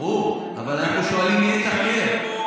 ברור, אבל אנחנו שואלים מי יתחקר.